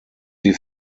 die